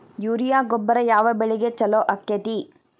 Urea ಗೊಬ್ಬರ ಯಾವ ಬೆಳಿಗೆ ಛಲೋ ಆಕ್ಕೆತಿ?